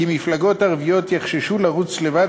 כי מפלגות ערביות יחששו לרוץ לבד,